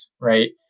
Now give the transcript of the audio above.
right